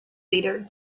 leader